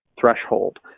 threshold